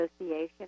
association